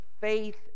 faith